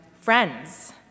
friends